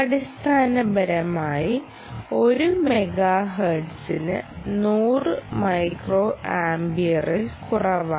അടിസ്ഥാനപരമായി ഒരു മെഗാഹെർട്സിന് 100 മൈക്രോ ആമ്പിയറിൽ കുറവാണ്